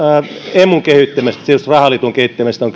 emun kehittämisestä tietysti rahaliiton kehittämisestä on